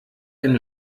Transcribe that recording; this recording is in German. eine